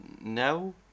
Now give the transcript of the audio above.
no